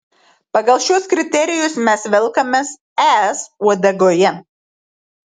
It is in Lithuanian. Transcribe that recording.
pagal šiuos kriterijus mes velkamės es uodegoje